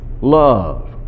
love